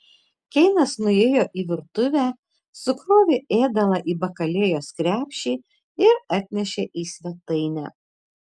keinas nuėjo į virtuvę sukrovė ėdalą į bakalėjos krepšį ir atnešė į svetainę